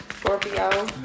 Scorpio